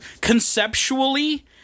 Conceptually